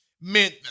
meant